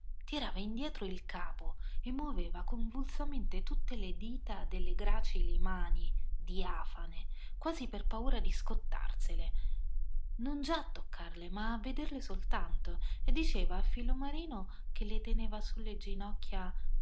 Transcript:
tirava indietro il capo e muoveva convulsamente tutte le dita delle gracili mani diafane quasi per paura di scottarsele non già a toccarle ma a vederle soltanto e diceva ai filomarino che le teneva su le ginocchia